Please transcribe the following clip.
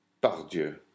Pardieu